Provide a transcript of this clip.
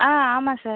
ஆ ஆமாம சார்